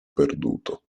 perduto